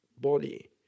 body